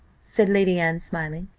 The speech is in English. said lady anne, smiling,